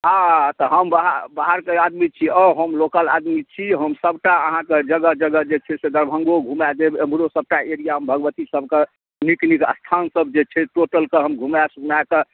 आ तऽ हम बाहर बाहर कऽ आदमी छी आउ हम लोकल आदमी छी हम सभटा अहाँकऽ जगह जगह जे छै से दरभङ्गो घुमाय देब एमहरो सभटा एरिआ भगवती सभकऽ नीक नीक स्थान सभ जे छै टोटल कऽ हम घुमाय सुनाय कऽ